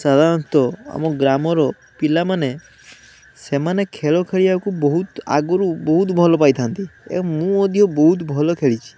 ସାଧାରଣତଃ ଆମ ଗ୍ରାମର ପିଲାମାନେ ସେମାନେ ଖେଳ ଖେଳିବାକୁ ବହୁତ ଆଗରୁ ଭଲ ପାଇଥାନ୍ତି ଆଉ ମୁଁ ମଧ୍ୟ ବହୁତ ଭଲ ଖେଳିଛି